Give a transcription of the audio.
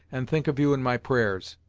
and think of you in my prayers.